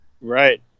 right